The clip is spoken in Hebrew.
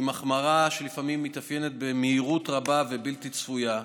עם החמרה שלפעמים מתאפיינת במהירות רבה ובלתי צפויה.